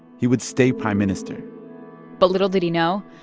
he would stay prime minister but little did he know,